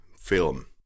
film